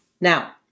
Now